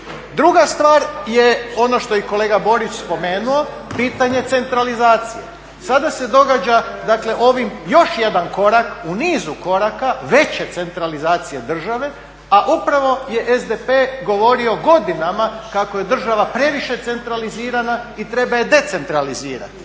Druga stvar je ono što je i kolega Borić spomenuo, pitanje centralizacije. Sada se događa dakle ovim još jedan korak u nizu koraka veće centralizacije države a upravo je SDP govorio godinama kako je država previše centralizirana i treba je decentralizirati.